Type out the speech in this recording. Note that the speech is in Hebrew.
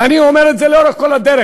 ואני אומר את זה לאורך כל הדרך: